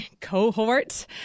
cohort